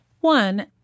One